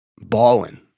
balling